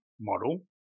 model